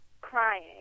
crying